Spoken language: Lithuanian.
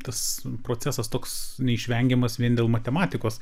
tas procesas toks neišvengiamas vien dėl matematikos